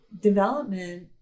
development